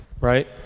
right